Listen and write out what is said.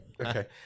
Okay